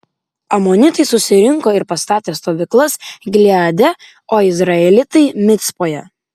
amonitai susirinko ir pasistatė stovyklas gileade o izraelitai micpoje